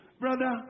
Brother